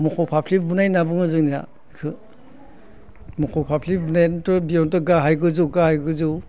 मोसौ फाफ्लि बुनाय होनना बुङो जोंनिया बेखौ मोसौ फाफ्लि बुनायानोथ' बेयावनोथ' गाहाय गोजौ गाहाय गोजौ